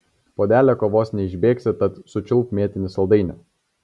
puodelio kavos neišbėgsi tad sučiulpk mėtinį saldainį